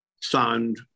sound